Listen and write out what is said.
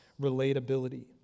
relatability